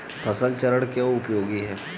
फसल चरण क्यों उपयोगी है?